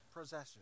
possession